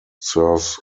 serves